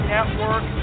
Network